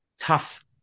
Tough